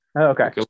okay